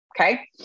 okay